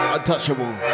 Untouchable